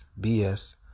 BS